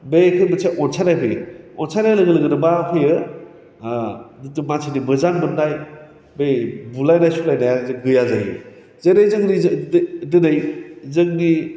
बैखौ मोनसे अनसाइनाय फैयो अनसाइनाय लोगो लोगोनो मा फैयो जों मानसिनि मोजां मोन्नाय बे बुलायनाय सुलायनाया जे गैया जायो जेरै जोंनि जो दो दो दोनै जोंनि